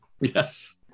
Yes